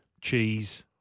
Cheese